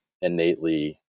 innately